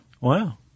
Wow